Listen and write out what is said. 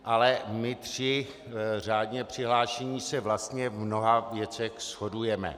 Ale my tři řádně přihlášení se vlastně v mnoha věcech shodujeme.